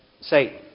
Satan